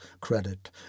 credit